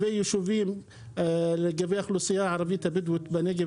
לגבי האוכלוסייה הערבית הבדואית בנגב,